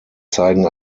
zeigen